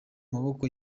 maboko